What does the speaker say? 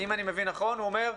אם אני מבין נכון, אומר: